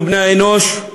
אנחנו, בני-האנוש,